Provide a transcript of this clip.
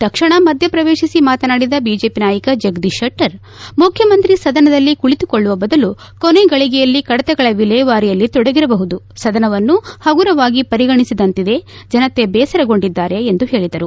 ತಕ್ಷಣ ಮಧ್ಯೆ ಶ್ರವೇತಿಸಿ ಮಾತನಾಡಿದ ಬಿಜೆಪಿ ನಾಯಕ ಜಗದೀಶ್ ಶೆಟ್ಟರ್ ಮುಖ್ಯಮಂತ್ರಿ ಸದನದಲ್ಲಿ ಕುಳಿತುಕೊಳ್ಳುವ ಬದಲು ಕೊನೆ ಗಳಗೆಯಲ್ಲಿ ಕಡತಗಳ ವಿಲೇವಾರಿಯಲ್ಲಿ ತೊಡಗಿರಬಹುದು ಸದನವನ್ನು ಪಗುರವಾಗಿ ಪರಿಗಣಿಸಿದಂತಿದೆ ಜನತೆ ಬೇಸರಗೊಂಡಿದ್ದಾರೆ ಎಂದು ಹೇಳಿದರು